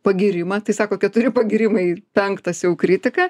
pagyrimą tai sako keturi pagyrimai penktas jau kritika